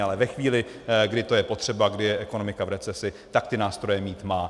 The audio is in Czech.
Ale ve chvíli, kdy to je potřeba, kdy je ekonomika v recesi, tak ty nástroje mít má.